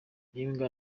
n’imbwa